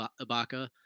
Ibaka